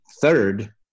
third